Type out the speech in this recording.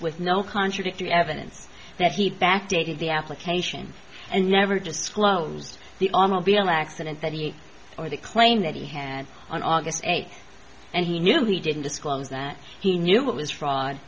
with no contradictory evidence that he'd back dated the application and never disclosed the on will be an accident that he or the claim that he had on august eighth and he knew he didn't disclose that he knew what was fraud